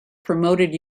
promoted